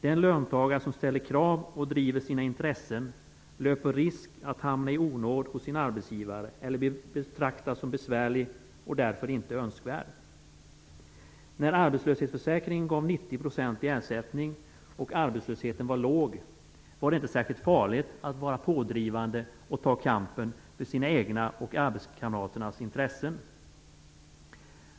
Den löntagare som ställer krav och driver sina intressen löper risk att hamna i onåd hos sin arbetsgivare eller blir betraktad som besvärlig och därför inte önskvärd. När arbetslöshetsförsäkringen gav 90 % i ersättning och arbetslösheten var låg var det inte särskilt farligt att vara pådrivande och ta kampen för sina egna och arbetskamraternas intressen.